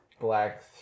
black